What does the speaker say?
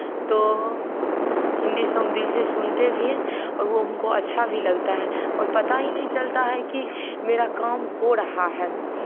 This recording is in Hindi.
तो हिन्दी साॅन्ग दिल से सुनते भी हैं और वो हमको अच्छा भी लगता है और पता ही नहीं चलता है कि मेरा काम हो रहा है